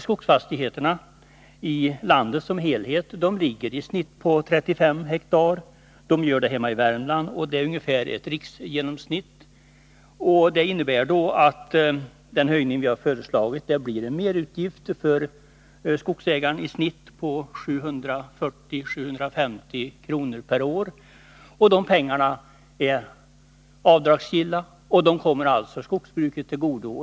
Skogsfastigheterna i landet som helhet har i genomsnitt en yta på 35 hektar. Så är det hemma i Värmland, och det är ungefär ett riksgenomsnitt. Det innebär att den höjning vi har föreslagit blir en merutgift för skogsägaren i snitt på 740-750 kr. per år. De pengarna är avdragsgilla och kommer skogsbruket till godo.